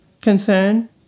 concern